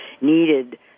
needed